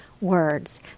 words